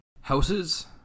Houses